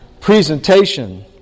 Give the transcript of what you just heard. presentation